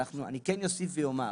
אני כן אוסיף ואומר,